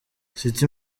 city